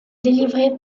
délivrés